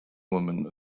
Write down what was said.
woman